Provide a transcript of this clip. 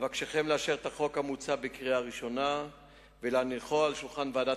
אבקשכם לאשר את החוק המוצע בקריאה הראשונה ולהניחו על שולחן ועדת